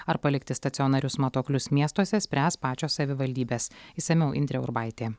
ar palikti stacionarius matuoklius miestuose spręs pačios savivaldybės išsamiau indrė urbaitė